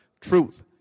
Truth